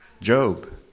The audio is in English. Job